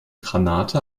granate